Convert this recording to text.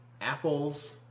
Apples